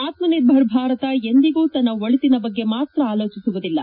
ಆತ್ಮನಿರ್ಭರ ಭಾರತ ಎಂದಿಗೂ ತನ್ನ ಒಳಿತನ ಬಗ್ಗೆ ಮಾತ್ರ ಆರೋಚಿಸುವುದಿಲ್ಲ